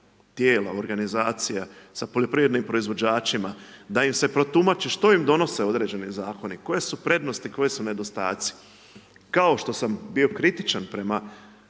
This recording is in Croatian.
tijela organizacija sa poljoprivrednim proizvođačima da im se protumači što im donose određeni zakoni, koje su prednosti, koji su nedostaci. Kao što sam bio kritičan prema